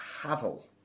Havel